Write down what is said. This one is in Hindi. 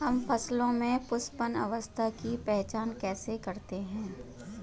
हम फसलों में पुष्पन अवस्था की पहचान कैसे करते हैं?